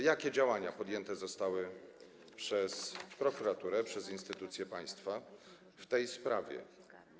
Jakie działania podjęte zostały przez prokuraturę, przez instytucje państwa w tej sprawie?